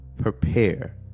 prepare